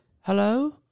hello